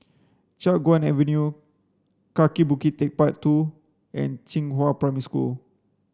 Chiap Guan Avenue Kaki Bukit Techpark Two and Xinghua Primary School